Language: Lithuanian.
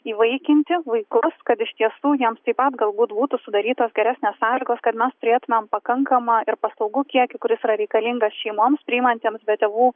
įvaikinti vaikus kad iš tiesų jiems taip pat galbūt būtų sudarytos geresnės sąlygos kad mes turėtumėm pakankamą ir paslaugų kiekį kuris yra reikalingas šeimoms priimantiems be tėvų